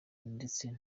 ndetse